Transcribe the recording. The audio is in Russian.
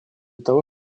того